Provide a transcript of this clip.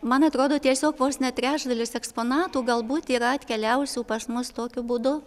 man atrodo tiesiog vos ne trečdalis eksponatų galbūt yra atkeliavusių pas mus tokiu būdu